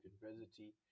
University